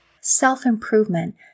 self-improvement